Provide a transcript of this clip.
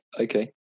Okay